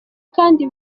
kandi